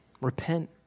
repent